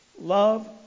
love